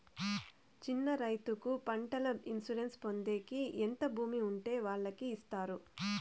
చిన్న రైతుకు పంటల ఇన్సూరెన్సు పొందేకి ఎంత భూమి ఉండే వాళ్ళకి ఇస్తారు?